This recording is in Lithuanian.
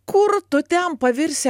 kur tu ten pavirsi